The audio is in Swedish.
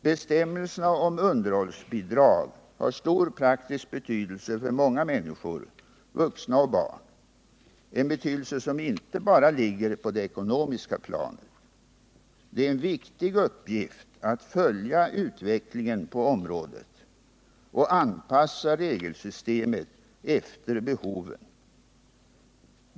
Bestämmelserna om underhållsbidrag har stor praktisk betydelse för många människor — vuxna och barn — en betydelse som inte bara ligger på det ekonomiska planet. Det är en viktig uppgift att följa utvecklingen på området och att anpassa regelsystemet efter behoven.